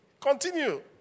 Continue